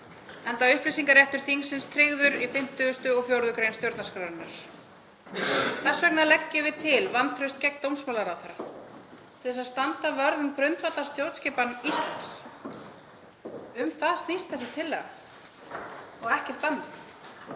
enda upplýsingaréttur þingsins tryggður í 54. gr. stjórnarskrárinnar. Þess vegna leggjum við til vantraust gegn dómsmálaráðherra til að standa vörð um grundvallarstjórnskipan Íslands. Um það snýst þessi tillaga og ekkert annað.